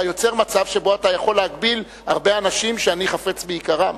אתה יוצר מצב שבו אתה יכול להגביל הרבה אנשים שאני חפץ ביקרם.